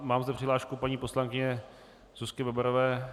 Mám zde přihlášku paní poslankyně Zuzky Bebarové.